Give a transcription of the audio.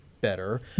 better